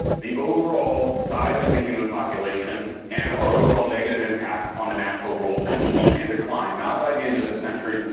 the overall size of the human population, and our overall negative impact on the natural world could peak and decline not by the end of the century,